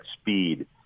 speed